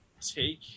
take